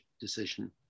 decision